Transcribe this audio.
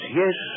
yes